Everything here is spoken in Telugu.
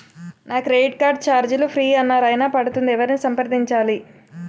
నా క్రెడిట్ కార్డ్ ఛార్జీలు ఫ్రీ అన్నారు అయినా పడుతుంది ఎవరిని సంప్రదించాలి?